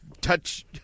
touch